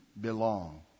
belong